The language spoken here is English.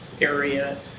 area